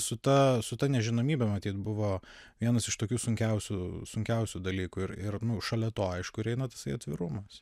su ta su ta nežinomybe matyt buvo vienas iš tokių sunkiausių sunkiausių dalykų ir ir nu šalia to aišku ir eina tasai atvirumas